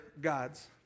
gods